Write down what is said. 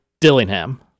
Dillingham